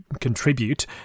contribute